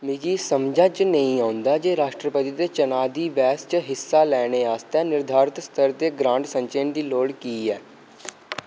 मिगी समझा च नेईं औंदा जे राश्ट्रपति दे चनाऽ दी बैह्स च हिस्सा लैने आस्तै निर्धारत स्तर दे ग्रांट संचयन दी लोड़ की ऐ